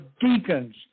deacons